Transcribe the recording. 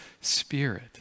spirit